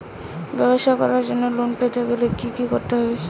ব্যবসা করার জন্য লোন পেতে গেলে কি কি করতে হবে?